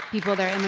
people their